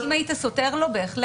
אם היית סוטר לו, בהחלט.